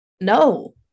no